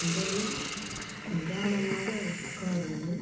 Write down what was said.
முதலில் நிதானமாக உட்கார்ந்து